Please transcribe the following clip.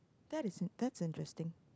that is that's interesting